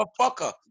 motherfucker